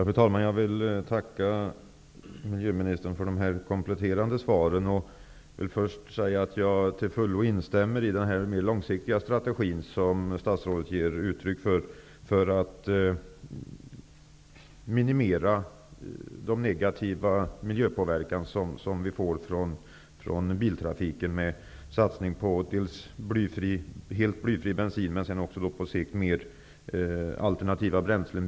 Fru talman! Jag vill tacka miljöministern för hans kompletterande svar. Först vill jag säga att jag till fullo instämmer i den mera långsiktiga strategi som statsrådet ger uttryck för när det gäller att minimera den negativa miljöpåverkan från biltrafiken genom en satsning på dels helt blyfri bensin, dels på sikt mer av alternativa bränslen.